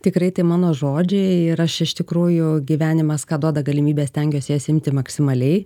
tikrai tai mano žodžiai ir aš iš tikrųjų gyvenimas ką duoda galimybes stengiuosi jas imti maksimaliai